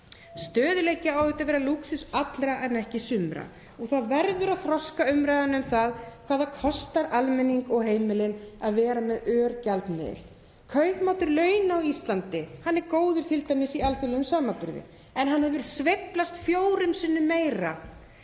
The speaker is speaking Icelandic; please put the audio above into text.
Stöðugleiki á að vera lúxus allra en ekki sumra og það verður að þroska umræðuna um það hvað það kostar almenning og heimilin að vera með örgjaldmiðil. Kaupmáttur launa á Íslandi er góður, t.d. í alþjóðlegum samanburði, en hann hefur sveiflast fjórum sinnum meira